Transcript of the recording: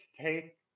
take